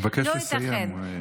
אבקש לסיים.